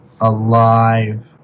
alive